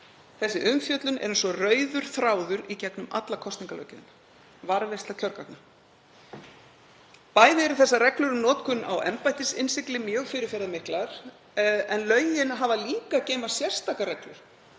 Þessi umfjöllun er eins og rauður þráður í gegnum alla kosningalöggjöfina; varðveisla kjörgagna. Bæði eru reglur um notkun á embættisinnsigli mjög fyrirferðarmiklar en lögin hafa líka að geyma sérstakar reglur